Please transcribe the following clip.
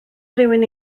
rywun